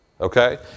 Okay